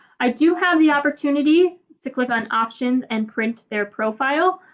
i do have the opportunity to click on options and print their profile.